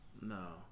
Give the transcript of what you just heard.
No